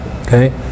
Okay